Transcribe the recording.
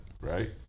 right